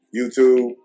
YouTube